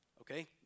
Okay